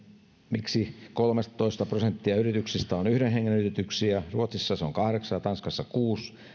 miksi kolmetoista prosenttia yrityksistä on yhden hengen yrityksiä ruotsissa se on kahdeksan ja tanskassa kuusi